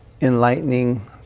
enlightening